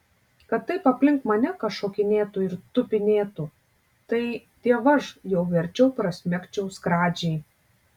kad taip aplink mane kas šokinėtų ir tupinėtų tai dievaž jau verčiau prasmegčiau skradžiai